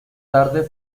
tarde